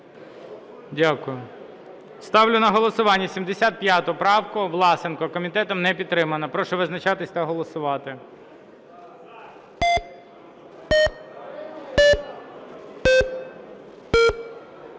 Дякую. Ставлю на голосування 55 правку Власенка. Комітетом не підтримана. Прошу визначатися та голосувати.